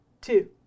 two